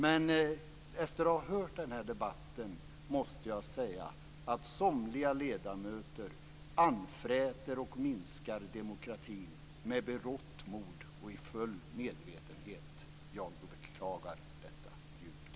Men efter att ha hört den här debatten måste jag säga att somliga ledamöter anfräter och minskar demokratin med berått mod och i full medvetenhet. Jag beklagar detta djupt.